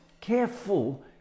careful